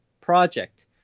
project